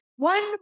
One